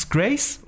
Grace